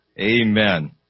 Amen